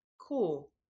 cool